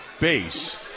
base